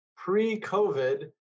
Pre-COVID